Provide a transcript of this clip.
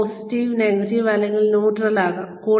ഇത് positive negative അല്ലെങ്കിൽ neutral ആകാം